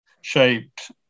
shaped